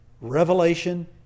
revelation